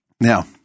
Now